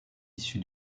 issu